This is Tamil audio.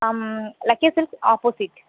am lucky silks opposite